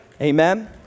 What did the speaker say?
Amen